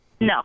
No